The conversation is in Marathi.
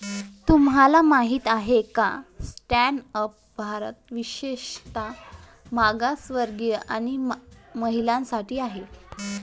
तुम्हाला माहित आहे का की स्टँड अप भारत विशेषतः मागासवर्गीय आणि महिलांसाठी आहे